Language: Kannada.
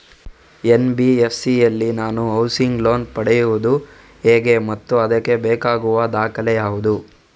ಎನ್.ಬಿ.ಎಫ್.ಸಿ ಯಲ್ಲಿ ನಾನು ಹೌಸಿಂಗ್ ಲೋನ್ ಪಡೆಯುದು ಹೇಗೆ ಮತ್ತು ಅದಕ್ಕೆ ಬೇಕಾಗುವ ದಾಖಲೆ ಯಾವುದು?